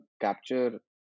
capture